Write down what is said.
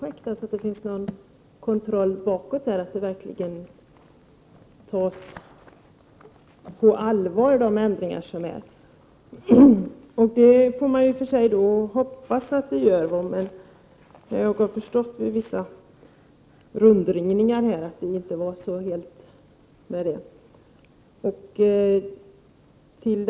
Jag har inte kunnat finna att det görs någon kontroll bakåt av att ändringarna verkligen tas på allvar. Man får i och för sig hoppas att det görs. Vid rundringningar har jag dock förstått att så inte alltid är fallet.